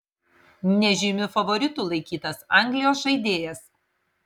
nežymiu favoritu laikytas anglijos žaidėjas